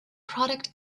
product